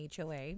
hoa